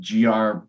GR